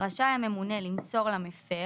רשאי הממונה למסור למפר,